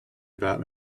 about